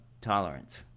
tolerance